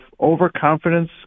overconfidence